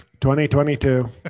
2022